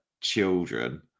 children